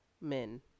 men